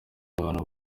abantu